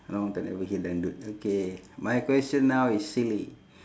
long time never hear dangdut okay my question now is silly